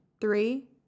three